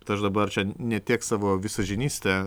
tai aš dabar čia ne tiek savo visažinystę